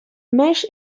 mesh